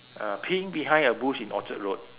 uh peeing behind a bush in orchard road